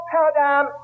paradigm